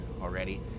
already